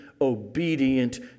obedient